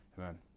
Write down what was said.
Amen